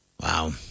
Wow